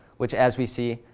which, as we see,